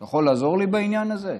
אתה יכול לעזור לי בעניין הזה?